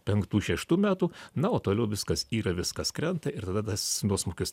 penktų šeštų metų na o toliau viskas yra viskas krenta ir tada tas nuosmukius